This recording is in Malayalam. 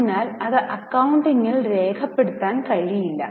അതിനാൽ അത് അക്കൌണ്ടിങ്ങിൽ രേഖപ്പെടുത്താൻ കഴിയില്ല